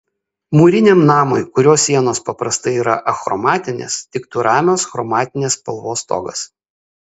mūriniam namui kurio sienos paprastai yra achromatinės tiktų ramios chromatinės spalvos stogas